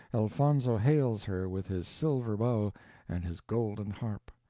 elfonzo hails her with his silver bow and his golden harp.